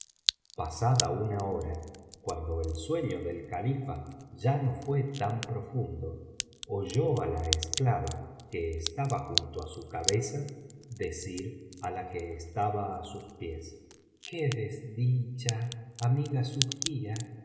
pasada una hora cuando el sueño del califa ya no fué tan profundo oyó á la esclava que estaba junto á su cabeza decir á la que estaba á sus pies qué desdicha amiga subhia